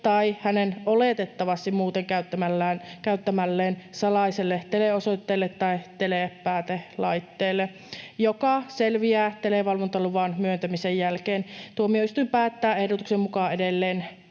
tai hänen oletettavasti muuten käyttämälleen salaiselle teleosoitteelle tai telepäätelaitteelle, joka selviää televalvontaluvan myöntämisen jälkeen. Tuomioistuin päättää ehdotuksen mukaan edelleen